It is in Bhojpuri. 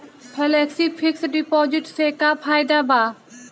फेलेक्सी फिक्स डिपाँजिट से का फायदा भा?